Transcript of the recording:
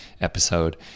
episode